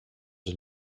een